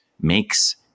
makes